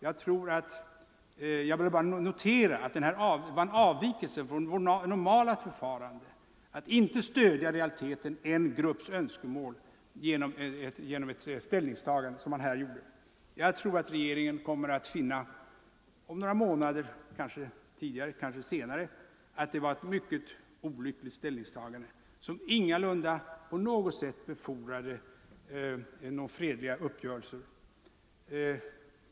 Jag vill bara notera att det var en avvikelse — och en mycket beklaglig sådan — från Sveriges normala förfarande att inte stödja en grupps önskemål på det sätt som man här gjorde. Jag tror att regeringen om några månader kommer att finna att det var ett mycket olyckligt ställningstagande, som ingalunda befordrade några fredliga uppgörelser.